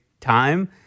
time